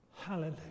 hallelujah